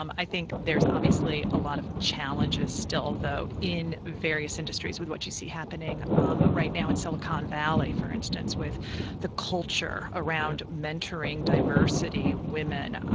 um i think there's obviously a lot of challenges still, though, in various industries with what you see happening. um right now in silicon valley, for instance, with the culture around mentoring diversity and women,